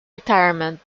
retirement